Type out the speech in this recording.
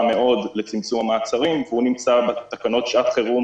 מאוד לצמצום המעצרים והוא נמצא בתקנות שעת חירום